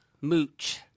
Mooch